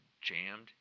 jammed